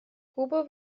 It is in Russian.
куба